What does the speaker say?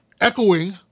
echoing